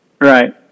right